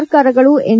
ಸರ್ಕಾರಗಳು ಎನ್